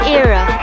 era